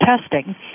testing